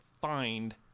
find